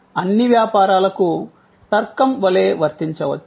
ఇది అన్ని వ్యాపారాలకు తర్కం వలె వర్తించవచ్చు